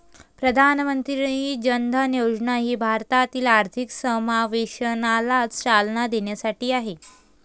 प्रधानमंत्री जन धन योजना ही भारतातील आर्थिक समावेशनाला चालना देण्यासाठी आहे